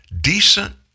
decent